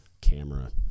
camera